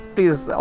Please